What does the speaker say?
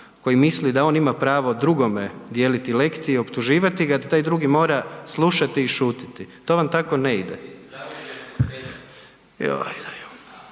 koji misli da on ima pravo drugome dijeliti lekcije i optuživati, da taj drugi mora slušati i šutiti, to vam tako ne ide.